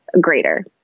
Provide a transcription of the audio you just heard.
greater